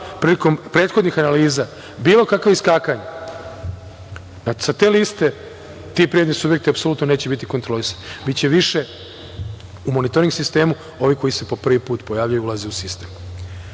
prilikom prethodnih analiza, bilo kakva iskakanja sa te liste, ti privredni subjekti, apsolutno, neće biti kontrolisani. Biće više u monitoring sistemu ovi koji se po prvi put pojavljuju, ulaze u sistem. Još